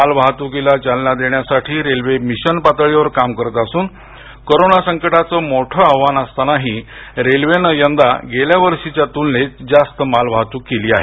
मालवाहतुकीला चालना देण्यासाठी railway mission पातळीवर काम करत असून कोरोना संकटाचं मोठ आव्हान असतानाही रेल्वेनं यंदा गेल्या वर्षीच्या तुलनेत जास्त मालवाहतूक केली आहे